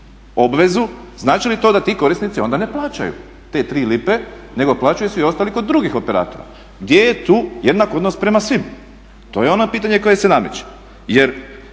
obvezu znači li to da ti korisnici onda ne plaćaju te tri lipe nego plaćaju si ostali kod drugih operatora. Gdje je tu jednak odnos prema svim? To je ono pitanje koje se nameće,